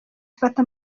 ifata